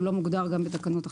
הוא לא מוגדר גם בתקנות אחרות.